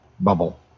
Bubble